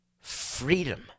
freedom